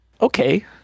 okay